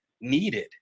needed